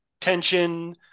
tension